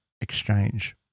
Exchange